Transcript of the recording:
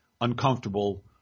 uncomfortable